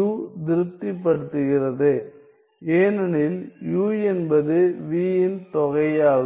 u திருப்திப்படுத்துகிறது ஏனெனில் u என்பது v இன் தொகையாகும்